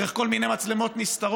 דרך כל מיני מצלמות נסתרות,